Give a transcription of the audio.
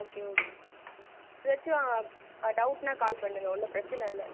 okay okay ம் எதாச்சும் டவுட்ன்னா கால் பண்ணுங்கள் ஒன்றும் பிரச்சனை இல்லை